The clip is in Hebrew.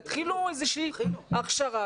תתחילו הכשרה,